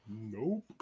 Nope